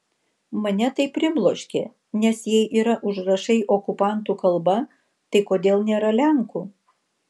mane tai pribloškė nes jei yra užrašai okupantų kalba tai kodėl nėra lenkų